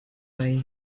way